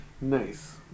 Nice